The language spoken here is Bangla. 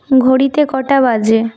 ঘড়িতে কটা বাজে